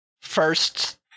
first